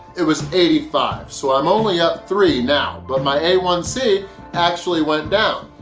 it was eighty five, so i'm only up three now, but my a one c actually went down.